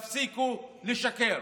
תפסיקו לשקר.